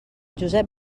josep